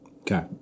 Okay